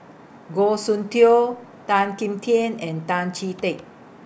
Goh Soon Tioe Tan Kim Tian and Tan Chee Teck